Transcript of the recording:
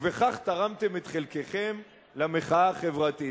ובכך תרמתם את חלקכם למחאה החברתית.